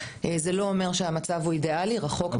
זה לא אומר שהמצב הוא אידאלי רחוק מזה.